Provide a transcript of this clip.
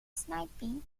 sniping